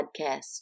podcast